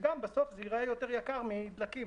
ובסוף זה יראה יותר יקר מדלקים.